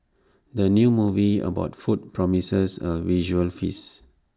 the new movie about food promises A visual feast